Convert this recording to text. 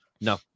no